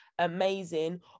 amazing